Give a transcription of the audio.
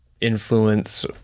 influence